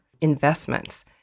investments